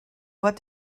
what